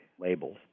labels